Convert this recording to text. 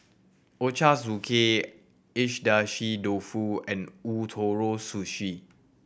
Ochazuke Age dashi dofu and Ootoro Sushi